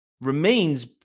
remains